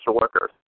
workers